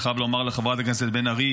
אני חייב לומר לחברת הכנסת בן ארי,